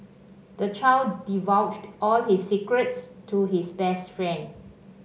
the child divulged all his secrets to his best friend